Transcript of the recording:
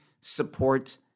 support